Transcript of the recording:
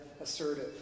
assertive